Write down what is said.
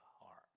heart